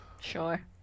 Sure